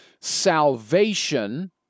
salvation